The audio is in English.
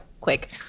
quick